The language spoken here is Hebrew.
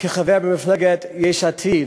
כחבר במפלגת יש עתיד